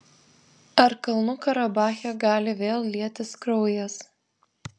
ar kalnų karabache gali vėl lietis kraujas